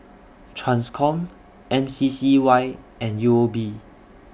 TRANSCOM M C C Y and U O B